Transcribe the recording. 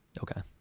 Okay